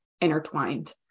intertwined